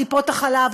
טיפות-החלב,